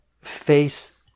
face